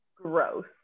gross